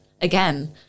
again